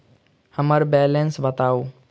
हम्मर बैलेंस बताऊ